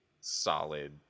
solid